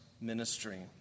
ministry